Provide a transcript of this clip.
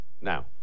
Now